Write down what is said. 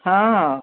हां